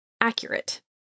accurate